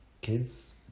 kids